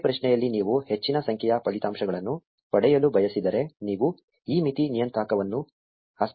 ಒಂದೇ ಪ್ರಶ್ನೆಯಲ್ಲಿ ನೀವು ಹೆಚ್ಚಿನ ಸಂಖ್ಯೆಯ ಫಲಿತಾಂಶಗಳನ್ನು ಪಡೆಯಲು ಬಯಸಿದರೆ ನೀವು ಈ ಮಿತಿ ನಿಯತಾಂಕವನ್ನು ಹಸ್ತಚಾಲಿತವಾಗಿ ಬದಲಾಯಿಸಬಹುದು